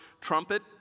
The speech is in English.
trumpet